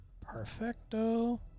Perfecto